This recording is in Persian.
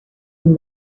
این